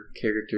character